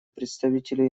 представителю